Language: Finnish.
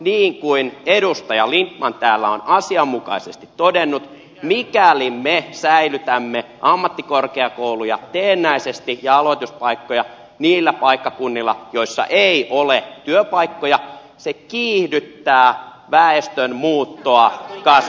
niin kuin edustaja lindtman täällä on asianmukaisesti todennut mikäli me säilytämme ammattikorkeakouluja ja aloituspaikkoja teennäisesti niillä paikkakunnilla joilla ei ole työpaikkoja se kiihdyttää väestön muuttoa kasvukeskuksiin